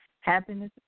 Happiness